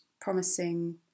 promising